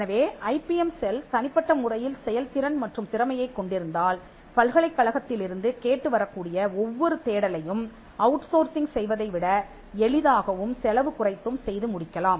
எனவே IBM cell தனிப்பட்ட முறையில் செயல்திறன் மற்றும் திறமையைக் கொண்டிருந்தால் பல்கலைக்கழகத்திலிருந்து கேட்டு வரக்கூடிய ஒவ்வொரு தேடலையும் அவுட்சோர்சிங் செய்வதைவிட எளிதாகவும் செலவு குறைத்தும் செய்து முடிக்கலாம்